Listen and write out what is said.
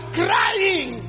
crying